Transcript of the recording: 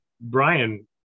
Brian